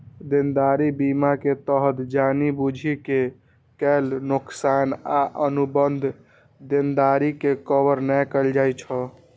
देनदारी बीमा के तहत जानि बूझि के कैल नोकसान आ अनुबंध देनदारी के कवर नै कैल जाइ छै